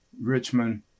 Richmond